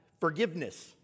forgiveness